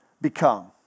become